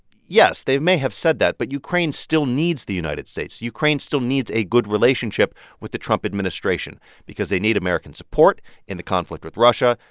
yes, they may have said that, but ukraine still needs the united states. ukraine still needs a good relationship with the trump administration because they need american support in the conflict with russia.